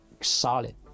solid